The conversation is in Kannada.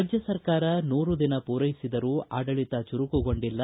ರಾಜ್ಯ ಸರ್ಕಾರ ನೂರು ದಿನ ಪೂರೈಸಿದರೂ ಆಡಳಿತ ಚುರುಕುಗೊಂಡಿಲ್ಲ